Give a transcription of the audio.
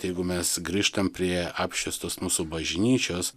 jeigu mes grįžtam prie apšviestos mūsų bažnyčios